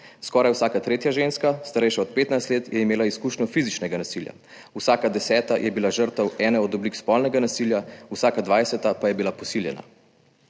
skoraj vsaka tretja ženska, starejša od 15 let, je imela izkušnjo fizičnega nasilja, vsaka deseta je bila žrtev ene od oblik spolnega nasilja, vsaka dvajseta pa je bila posiljena.